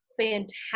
fantastic